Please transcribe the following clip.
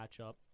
matchup